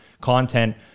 content